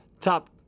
top